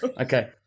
Okay